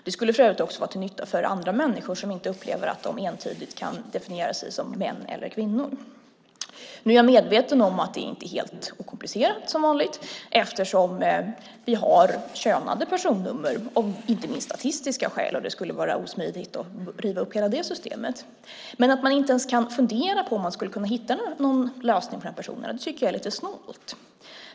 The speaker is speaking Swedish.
Det skulle för övrigt också vara till nytta för andra människor som inte upplever att de entydigt kan definiera sig som män eller kvinnor. Jag är medveten om att det inte är helt okomplicerat, som vanligt, eftersom vi har könade personnummer, inte minst av statistiska skäl, och det skulle vara osmidigt att riva upp hela det systemet. Men att man inte ens kan fundera på om man skulle kunna hitta någon lösning för de här personerna tycker jag är lite snålt.